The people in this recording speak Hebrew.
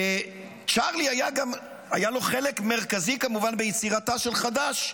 לצ'רלי גם היה חלק מרכזי כמובן ביצירתה של חד"ש,